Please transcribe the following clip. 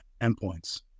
endpoints